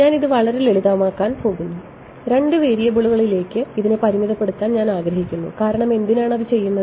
ഞാൻ ഇത് വളരെ ലളിതമാക്കാൻ പോകുന്നു രണ്ട് വേരിയബിളുകളിലേക്ക് ഇതിനെ പരിമിതപ്പെടുത്താൻ ഞാൻ ആഗ്രഹിക്കുന്നു കാരണം എന്തിനാണ് അത് ചെയ്യുന്നത്